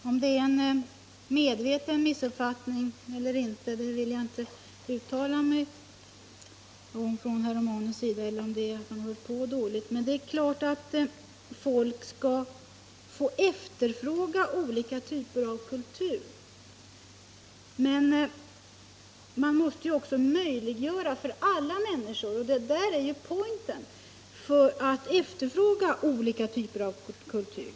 Herr talman! Jag vill inte uttala mig om huruvida herr Romanus missuppfattat mig eller om han hört på dåligt — men vi anser givetvis att folk skall få efterfråga olika typer av kultur. Men man måste också möjliggöra för alla människor — där är poängen -— att efterfråga olika typer av kultur.